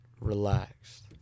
relaxed